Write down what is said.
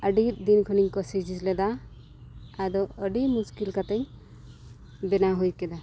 ᱟᱹᱰᱤ ᱫᱤᱱ ᱠᱷᱚᱱᱤᱧ ᱠᱳᱥᱤᱥ ᱞᱮᱫᱟ ᱟᱫᱚ ᱟᱹᱰᱤ ᱢᱩᱥᱠᱟᱹ ᱠᱟᱛᱮᱧ ᱵᱮᱱᱟᱣ ᱦᱩᱭ ᱠᱮᱫᱟ